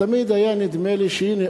תמיד היה נדמה לי שהנה,